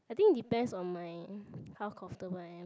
I think depends on my how comfortable I am